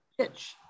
pitch